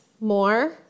more